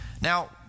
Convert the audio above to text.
Now